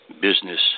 business